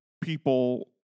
people